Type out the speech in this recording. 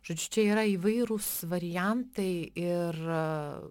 žodžiu čia yra įvairūs variantai ir